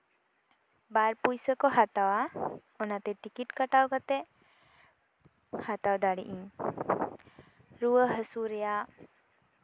ᱵᱟᱨ ᱯᱩᱭᱥᱟᱹ ᱠᱚ ᱦᱟᱛᱟᱣᱟ ᱚᱱᱟᱛᱮ ᱴᱤᱠᱤᱴ ᱠᱟᱴᱟᱣ ᱠᱟᱛᱮᱜ ᱦᱟᱛᱟᱣ ᱫᱟᱲᱮᱜ ᱤᱧ ᱨᱩᱣᱟᱹ ᱦᱟᱹᱥᱩ ᱨᱮᱭᱟᱜ